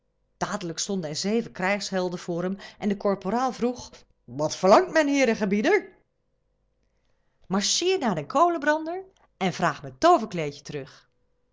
dadelijk stonden de zeven krijgshelden voor hem en de korporaal vroeg wat verlangt mijn heer en gebieder marcheer naar den kolenbrander en vraag mijn tooverkleedje terug